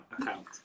account